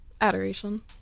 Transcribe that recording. Adoration